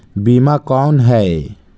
बीमा कौन है?